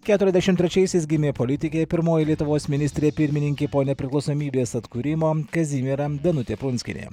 keturiasdešimt trečiaisiais gimė politikė pirmoji lietuvos ministrė pirmininkė po nepriklausomybės atkūrimo kazimiera danutė prunskienė